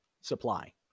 supply